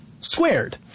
squared